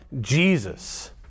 Jesus